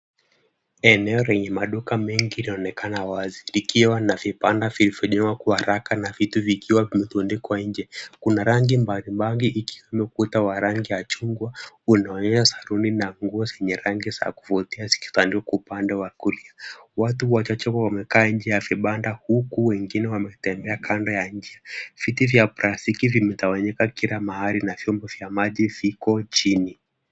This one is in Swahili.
Eneo lenye maduka mengi linaonekana wazi, likiwa na vibanda vilivyofujiwa kwa haraka, na vitu vikiwa vimerundikwa nje. Kuna rangi mbalimbali kukiwa ukuta wa rangi ya chungwa, saluni na nguo zenye rangi ya kuvutia vikibandikwa upande wa kulia. Watu wachache wamekaa nje ya vibanda, huku wengine wanatembea kando ya nje. Viti vya plastiki vimetawanyika kila mahali na viombo vya plastiki viko chini.